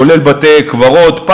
כולל בתי-קברות,